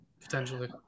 potentially